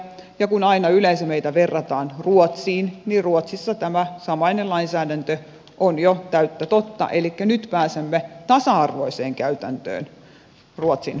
ja kun aina yleensä meitä verrataan ruotsiin niin ruotsissa tämä samainen lainsäädäntö on jo täyttä totta elikkä nyt pääsemme tasa arvoiseen käytäntöön ruotsin pankkien kanssa